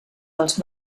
els